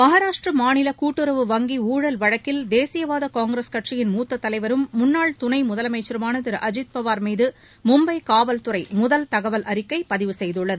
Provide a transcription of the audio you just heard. மகாராஷ்டிர மாநில கூட்டுறவு வங்கி ஊழல் வழக்கில் தேசியவாத காங்கிரஸ் கட்சியின் மூத்த தலைவரும் முன்னாள் துணை முதலனமச்சருமான திரு அஜித் பவார் மீது மும்பப காவல்துறை முதல் தகவல் அறிக்கை பதிவு செய்துள்ளது